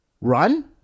run